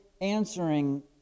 answering